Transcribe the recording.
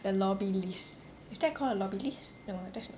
the lobby list is that called a lobby list no that's not